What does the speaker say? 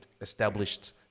established